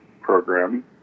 program